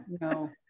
No